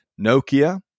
Nokia